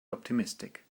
optimistic